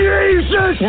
Jesus